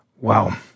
Wow